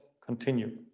continue